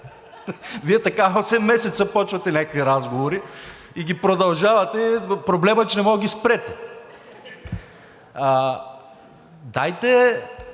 Вие така осем месеца започвате някакви разговори и ги продължавате, проблемът е, че не можете да ги спрете. Дайте,